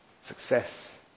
success